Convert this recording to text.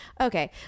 okay